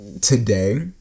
today